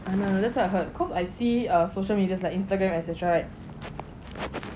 and ah that's what I heard cause I see a social medias like Instagram et cetera right